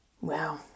Wow